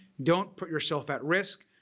don't put yourself at risk.